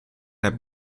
der